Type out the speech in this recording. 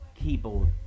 keyboard